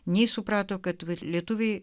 nei suprato kad lietuviai